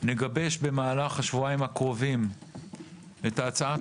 נגבש במהלך השבועיים הקרובים את הצעת